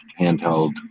handheld